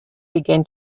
began